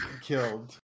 killed